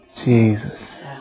Jesus